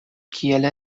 kiel